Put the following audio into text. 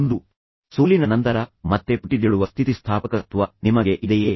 ಒಂದು ಸೋಲಿನ ನಂತರ ಮತ್ತೆ ಪುಟಿದೇಳುವ ಸ್ಥಿತಿಸ್ಥಾಪಕತ್ವ ನಿಮಗೆ ಇದೆಯೇ